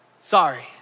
Sorry